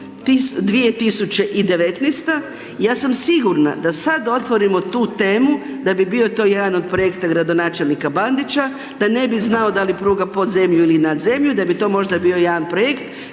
2019., ja sam sigurna da sad otvorimo tu temu, da bi bio to jedan od projekta gradonačelnika Bandića, da ne bi znao da li pruga pod zemlju ili na zemlju, da bi to možda bio jedan projekt